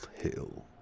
hill